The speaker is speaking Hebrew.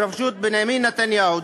בראשות בנימין נתניהו,